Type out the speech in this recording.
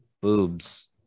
boobs